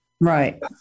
Right